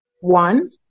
one